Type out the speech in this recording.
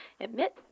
admit